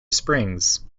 springs